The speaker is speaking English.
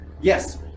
Yes